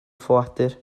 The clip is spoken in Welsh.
ffoadur